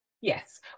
Yes